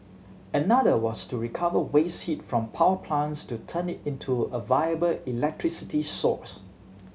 another was to recover waste heat from power plants to turn it into a viable electricity source